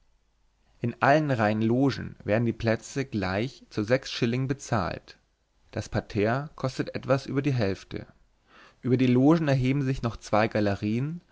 in allen reihen logen werden die plätze gleich zu sechs schilling bezahlt das parterre kostet etwas über die hälfte über die logen erheben sich noch zwei galerien